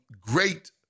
great